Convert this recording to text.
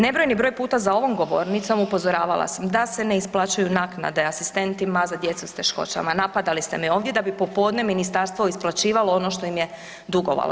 Nebrojeni broj puta za ovom govornicom upozoravala sam da se ne isplaćuju naknade asistentima za djecu s teškoćama, napadali ste me ovdje da bi popodne ministarstvo isplaćivalo ono što im je dugovalo.